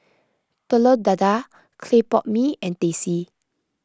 Telur Dadah Clay Pot Mee and Teh C